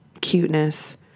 cuteness